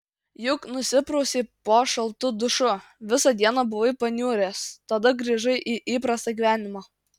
juk nusiprausei po šaltu dušu visą dieną buvai paniuręs tada grįžai į įprastą gyvenimą